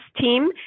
team